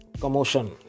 commotion